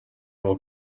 will